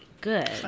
good